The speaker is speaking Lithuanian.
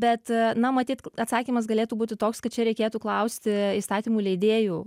bet a na matyt kl atsakymas galėtų būti toks kad čia reikėtų klausti įstatymų leidėjų